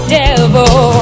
devil